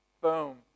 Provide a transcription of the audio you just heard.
Boom